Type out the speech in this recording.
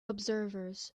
observers